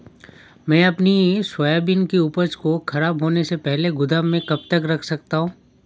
मैं अपनी सोयाबीन की उपज को ख़राब होने से पहले गोदाम में कब तक रख सकता हूँ?